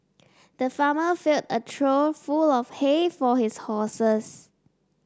the farmer filled a trough full of hay for his horses